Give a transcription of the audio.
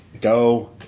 Go